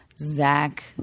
Zach